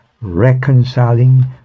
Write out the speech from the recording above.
reconciling